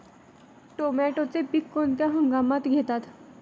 टोमॅटोचे पीक कोणत्या हंगामात घेतात?